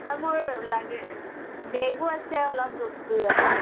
মোৰ লাগে বেগো আছে অলপ দুই দুই এটা